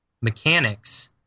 mechanics